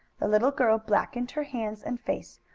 the little girl blackened her hands and face,